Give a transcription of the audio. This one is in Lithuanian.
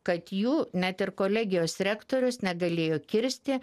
kad jų net ir kolegijos rektorius negalėjo kirsti